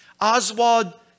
Oswald